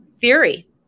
theory